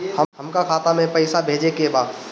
हमका खाता में पइसा भेजे के बा